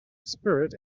spirit